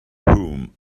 whom